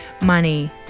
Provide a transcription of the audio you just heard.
money